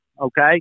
okay